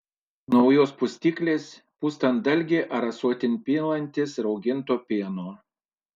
ieškant naujos pustyklės pustant dalgį ar ąsotin pilantis rauginto pieno